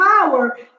power